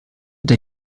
der